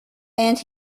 and